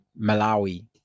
Malawi